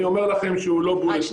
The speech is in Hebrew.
אני אומר לכם שהוא לא BULLET PROOF ושאפשר